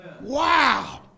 Wow